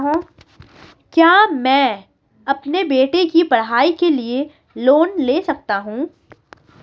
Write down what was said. क्या मैं अपने बेटे की पढ़ाई के लिए लोंन ले सकता हूं?